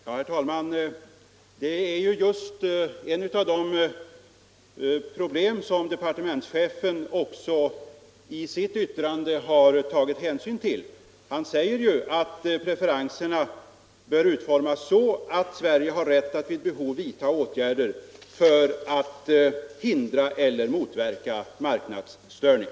Herr talman! Det är just ett av de problem som departementschefen ju i sitt yttrande har tagit hänsyn till. Han säger att preferenserna bör utformas så att Sverige har rätt att vid behov vidta åtgärder för att hindra eller motverka marknadsstörning.